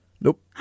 Nope